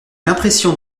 l’impression